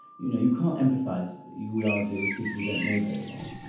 you know, you can't empathise, you would argue, with people you don't know very well,